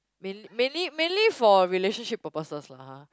mainly mainly mainly for relationship purposes lah